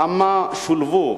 כמה שולבו